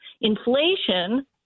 Inflation